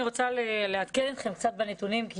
אני רוצה לעדכן אתכם לגבי הנתונים כי